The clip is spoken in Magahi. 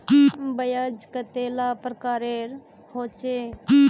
ब्याज कतेला प्रकारेर होचे?